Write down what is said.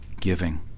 giving